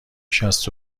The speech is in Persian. شصت